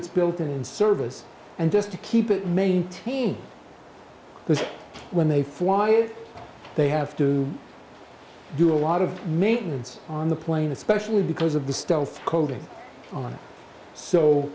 ds built in service and just to keep it maintained because when they fly they have to do a lot of maintenance on the plane especially because of the stealth coding on so